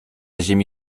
ziemi